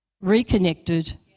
reconnected